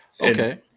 Okay